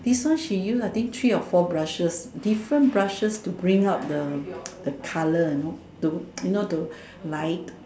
this one she use I think three or four brushes different brushes to bring out the the colour you know to you know to light